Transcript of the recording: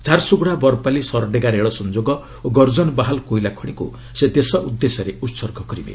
ଝାରସୁଗୁଡ଼ା ବରପାଲି ସରଡେଗା ରେଳ ସଂଯୋଗ ଓ ଗର୍କନବାହାଲ୍ କୋଇଲା ଖଣିକୁ ସେ ଦେଶ ଉଦ୍ଦେଶ୍ୟରେ ଉତ୍ସର୍ଗ କରିବେ